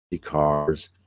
cars